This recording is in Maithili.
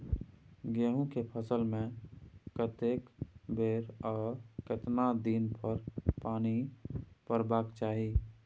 गेहूं के फसल मे कतेक बेर आ केतना दिन पर पानी परबाक चाही?